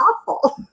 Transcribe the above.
awful